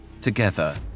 together